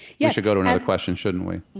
yeah should go to another question, shouldn't we?